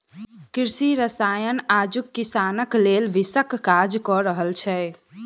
कृषि रसायन आजुक किसानक लेल विषक काज क रहल छै